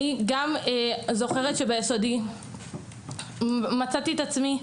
אני זוכרת שביסודי מצאתי את עצמי,